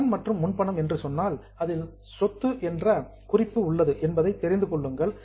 கடன் மற்றும் முன்பணம் என்று சொன்னால் அதில் சொத்து என்ற ஹின்ட் குறிப்பு உள்ளது என்பதை தெரிந்து கொள்ளுங்கள்